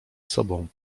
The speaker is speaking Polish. sobą